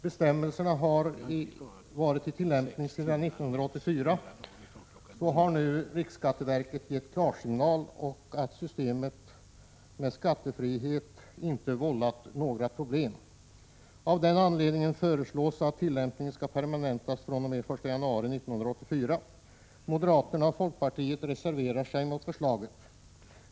Bestämmelserna har varit i tillämpning sedan 1984. Riksskatteverket har nu gett klarsignal och anfört att systemet med skattefrihet inte vållat några problem. Av den anledningen föreslås att tillämpningen skall permanentas fr.o.m. den 1 januari 1987. Moderaterna och folkpartiet reserverar sig mot förslaget.